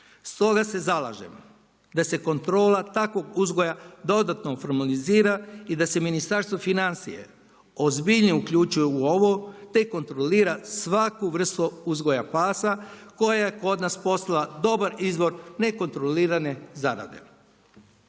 Stoga se zalažem da se kontrola takvog uzgoja dodatno formalizira i da se Ministarstvo financija ozbiljnije uključi u ovo te kontrolira svaku vrstu uzgoja pada koja je kod nas postala dobar izvor nekontrolirane zarade.